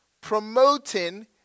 promoting